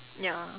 ya